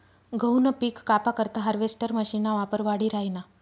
गहूनं पिक कापा करता हार्वेस्टर मशीनना वापर वाढी राहिना